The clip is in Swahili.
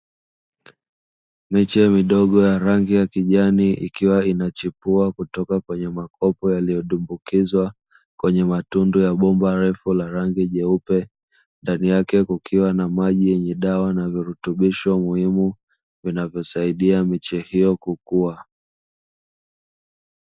Miche midogo ya rangi ya kijani ikiwa inachipua kutoka kwenye makopo yaliyodumbukizwa kwenye matundu ya bomba refu la rangi nyeupe. Ndani yake kukiwa maji yenye dawa na virutubisho muhimu, vinavyosaidia kusaidia miche hiyo kukua.